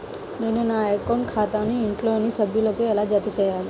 నేను నా అకౌంట్ ఖాతాకు ఇంట్లోని సభ్యులను ఎలా జతచేయాలి?